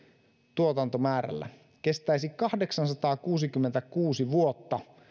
tuotantomäärällä kestäisi kahdeksansataakuusikymmentäkuusi vuotta